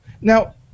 Now